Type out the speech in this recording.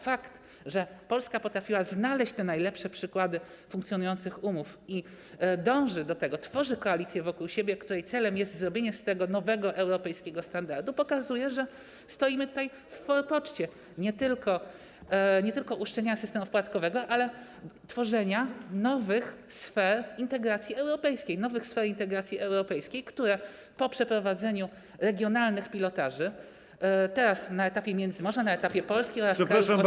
Fakt, że Polska potrafiła znaleźć te najlepsze przykłady funkcjonujących umów i dąży do tego, tworzy wokół siebie koalicję, której celem jest zrobienie z tego nowego europejskiego standardu, pokazuje, że jesteśmy tutaj w forpoczcie nie tylko uszczelniania systemu podatkowego, ale tworzenia nowych sfer integracji europejskiej - nowych sfer integracji europejskiej, które po przeprowadzeniu regionalnych pilotaży, teraz na etapie Międzymorza, na etapie Polski oraz w krajach ościennych.